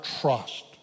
trust